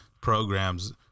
programs